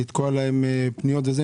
לתקוע להם פניות וזה,